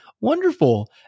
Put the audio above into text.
Wonderful